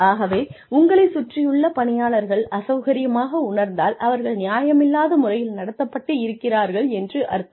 ஆகவே உங்களைச் சுற்றியுள்ள பணியாளர்கள் அசௌகரியமாக உணர்ந்தால் அவர்கள் நியாயமில்லாத முறையில் நடத்தப்பட்டு இருக்கிறார்கள் என்று அர்த்தம்